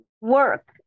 work